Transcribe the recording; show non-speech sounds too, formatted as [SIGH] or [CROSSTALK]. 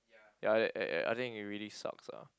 ya that [NOISE] I think it really sucks lah